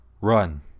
Run